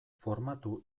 formatu